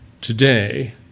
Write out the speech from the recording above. today